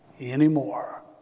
anymore